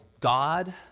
God